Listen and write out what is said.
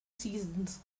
seasons